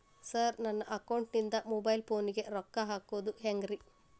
Sir ನನ್ನ ಅಕೌಂಟದಿಂದ mobile ಫೋನಿಗೆ ರೊಕ್ಕ ಹಾಕೋದು ಹೆಂಗ್ರಿ?